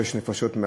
שש נפשות,